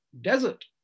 desert